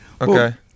Okay